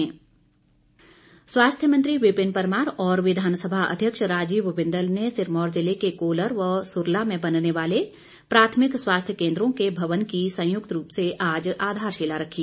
स्वास्थ्य मंत्री स्वास्थ्य मंत्री विपिन परमार और विधानसभा अध्यक्ष राजीव बिंदल ने सिरमौर जिले के कोलर व सुरला में बनने वाले प्राथमिक स्वास्थ्य केंद्रों के भवन की संयुक्त रूप से आज आधारशीला रखी